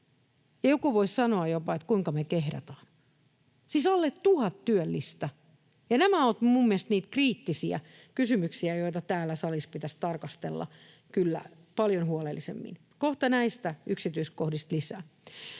Joku voisi jopa sanoa, kuinka me kehdataan. Siis alle tuhat työllistä. Ja nämä ovat minun mielestäni niitä kriittisiä kysymyksiä, joita täällä salissa pitäisi tarkastella kyllä paljon huolellisemmin. Kohta näistä yksityiskohdista lisää.